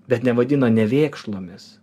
bet nevadino nevėkšlomis